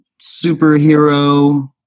superhero